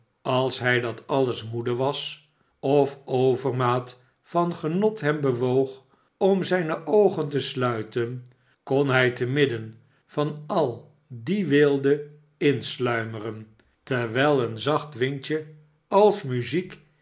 als hij dat alles moede was of overmaat van genot hem bewoog om zijne oogen te sluiten kon hij te midden van al die weelde insluimeren terwijl een zacht windje als muziek